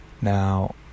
Now